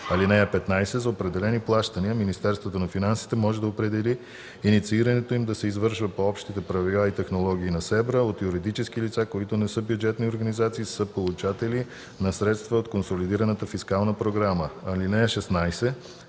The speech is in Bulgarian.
банка. (15) За определени плащания Министерството на финансите може да определи инициирането им да се извършва по общите правила и технология на СЕБРА от юридически лица, които не са бюджетни организации и са получатели на средства от консолидираната фискална програма. (16)